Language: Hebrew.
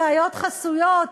ראיות חסויות,